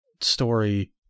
story